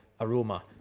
aroma